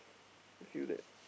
feel that